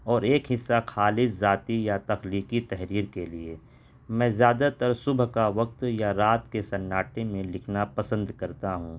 اور ایک حصہ خالص ذاتی یا تخلیقی تحریر کے لیے میں زیادہ تر صبح کا وقت یا رات کے سناٹے میں لکھنا پسند کرتا ہوں